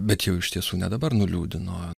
bet jau iš tiesų ne dabar nuliūdino